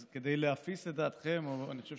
אז כדי להפיס את דעתכם אני חושב